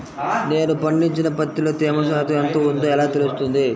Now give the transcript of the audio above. నేను పండించిన పత్తిలో తేమ శాతం ఎంత ఉందో ఎలా తెలుస్తుంది?